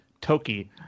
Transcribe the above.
Toki